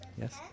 Yes